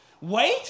Wait